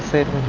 ah bit